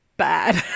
Bad